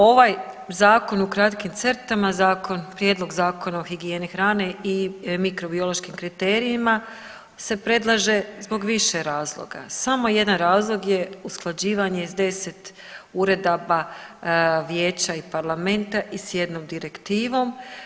Ovaj zakon u kratkim crtama Prijedlog zakona o higijeni hrane i mikrobiološkim kriterijima se predlaže zbog više razloga, samo jedan razlog je usklađivanje s 10 uredaba Vijeća i Parlamenta i s jednom direktivom.